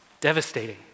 Devastating